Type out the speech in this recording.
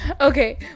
Okay